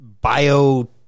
bio